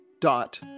dot